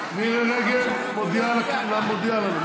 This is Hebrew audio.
רגב מודיעה לנו.